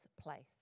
place